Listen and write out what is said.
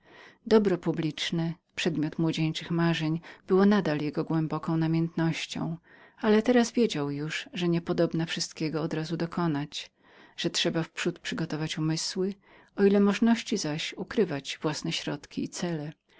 dobra publicznego nie z szaleństwem ale jeszcze z namiętnością wiedział bowiem że niepodobna było wszystkiego razem dokonać że trzeba było wprzódy przygotować umysły o ile możności zaś ukrywać własne środki i cel